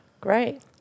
Great